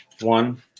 One